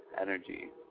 energy